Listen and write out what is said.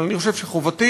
אבל אני חושב שחובתי,